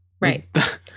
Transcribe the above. Right